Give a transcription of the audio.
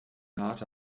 harte